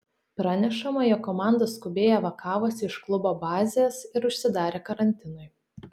pranešama jog komanda skubiai evakavosi iš klubo bazės ir užsidarė karantinui